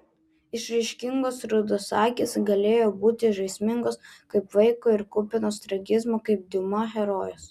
išraiškingos rudos akys galėjo būti žaismingos kaip vaiko ir kupinos tragizmo kaip diuma herojės